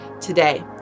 today